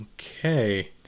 Okay